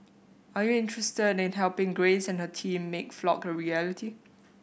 are you interested in helping Grace and her team make Flock a reality